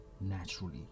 naturally